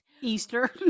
easter